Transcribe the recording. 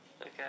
Okay